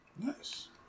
Nice